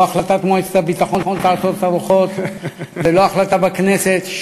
לא החלטת מועצת הביטחון תעצור את הרוחות ולא החלטה בכנסת.